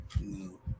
no